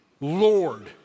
Lord